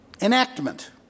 Enactment